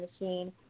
machine